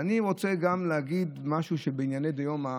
ואני רוצה להגיד גם משהו בענייני דיומא,